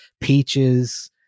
peaches